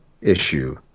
issue